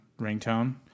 ringtone